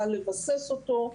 קל לבסס אותו.